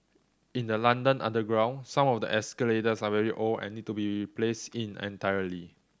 in the London underground some of the escalators are very old and need to be placed in entirety